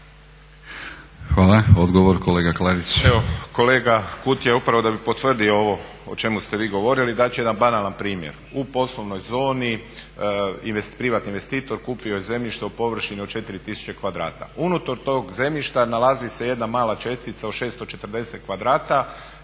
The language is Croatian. Hvala. Odgovor, kolega Klarić.